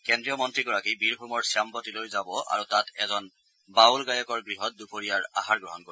কেন্দ্ৰীয় মন্ত্ৰীগৰাকী বীৰভূমৰ শ্যামবতীলৈও যাব আৰু তাত এজন বাউল গায়কৰ গৃহত দুপৰীয়াৰ আহাৰ গ্ৰহণ কৰিব